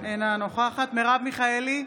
אינה נוכחת מרב מיכאלי,